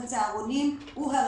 בצהרונים.